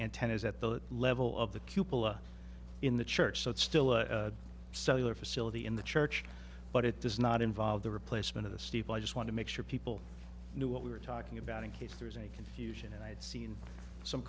antennas at the level of the cube in the church so it's still a cellular facility in the church but it does not involve the replacement of a steeple i just want to make sure people knew what we were talking about in case there is any confusion and i had seen some